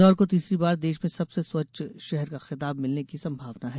इंदौर को तीसरी बार देश में सबसे स्वच्छ शहर का खिताब मिलने की संभावना है